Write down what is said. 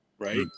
right